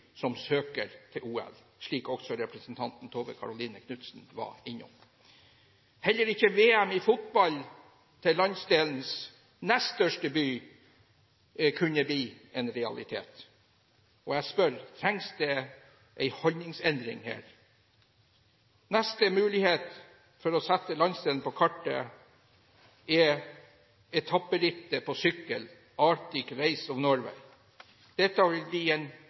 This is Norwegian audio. som søker til OL, slik også representanten Tove Karoline Knutsen var innom. Heller ikke VM i fotball til landsdelens nest største by kunne bli en realitet. Og jeg spør: Trengs det en holdningsendring her? Neste mulighet til å sette landsdelen på kartet er etapperittet på sykkel, Arctic Race of Norway. Dette vil bli en